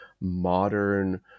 modern